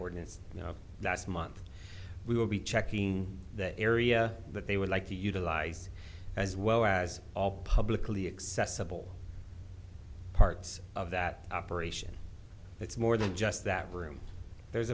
ordinance last month we will be checking the area that they would like to utilize as well as all publicly accessible parts of that operation that's more than just that room there's